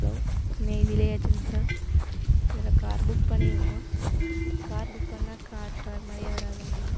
hello Neyveli agents sir இதில் car book பண்ணி இருந்தோம் கார் புக் பண்ணிணா கார் கார் மாதிரியே வராதாங்க